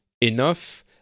enough